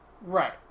right